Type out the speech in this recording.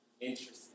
Interesting